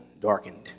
darkened